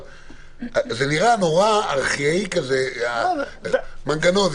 זה נראה נורא ארכאי כשאומרים מנגנון.